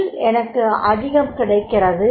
இதில் எனக்கு அதிகம் கிடைக்கிறது